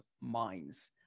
minds